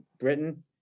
Britain